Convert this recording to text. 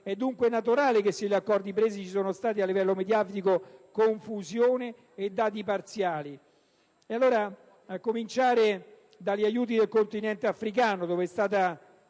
è dunque naturale che sugli accordi presi ci siano stati, a livello mediatico, confusione e dati parziali. A cominciare dagli aiuti al continente africano, dove è stata